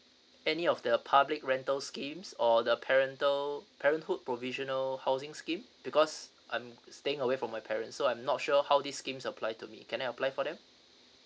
any of the public rentals scheme or the parental parenthood provisional housing scheme because I'm staying away from my parents so I'm not sure how this scheme apply to me can I apply for them